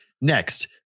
Next